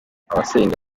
abasenga